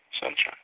Sunshine